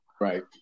Right